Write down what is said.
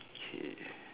okay